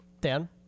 Dan